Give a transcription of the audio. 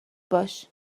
باش